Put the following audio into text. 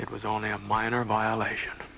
it was only a minor violation